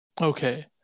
Okay